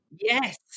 Yes